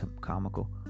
comical